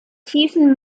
tiefen